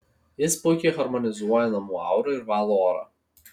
jis puikiai harmonizuoja namų aurą ir valo orą